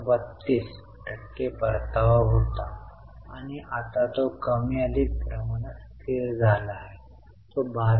32 टक्के परतावा होता आणि आता तो कमी अधिक प्रमाणात स्थिर झाला आहे तो 12